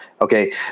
Okay